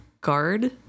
guard